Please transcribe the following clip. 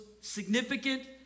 significant